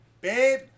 babe